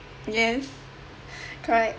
yes correct